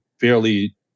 fairly